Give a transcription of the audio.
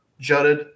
jutted